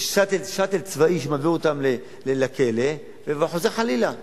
יש "שאטל" צבאי שמעביר אותם לכלא וחוזר חלילה,